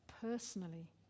personally